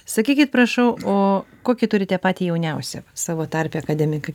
sakykit prašau o kokį turite patį jauniausią savo tarpe akademiką